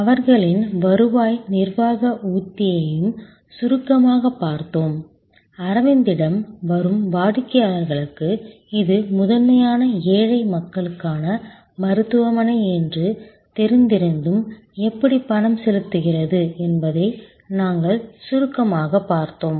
அவர்களின் வருவாய் நிர்வாக உத்தியையும் சுருக்கமாகப் பார்த்தோம் அரவிந்திடம் வரும் வாடிக்கையாளர்களுக்கு இது முதன்மையாக ஏழை மக்களுக்கான மருத்துவமனை என்று தெரிந்திருந்தும் எப்படி பணம் செலுத்துகிறது என்பதை நாங்கள் சுருக்கமாகப் பார்த்தோம்